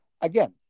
Again